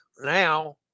now